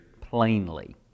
plainly